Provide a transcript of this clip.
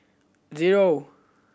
zero